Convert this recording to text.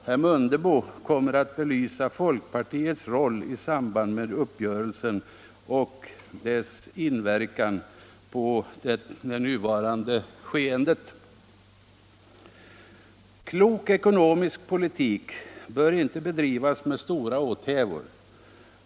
Herr Mundebo kommer att belysa folkpartiets roll i samband med uppgörelsen och dess inverkan på det nuvarande skeendet. Klok ekonomisk politik bör inte bedrivas med stora åthävor.